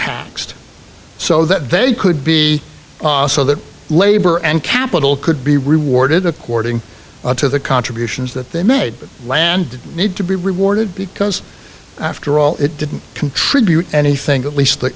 untaxed so that they could be so that labor and capital could be rewarded according to the contributions that they made the land need to be rewarded because after all it didn't contribute anything at least the